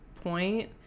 point